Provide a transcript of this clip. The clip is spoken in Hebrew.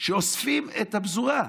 על זה שאוספים את הפזורה,